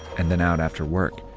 and then out after work,